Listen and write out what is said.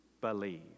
believe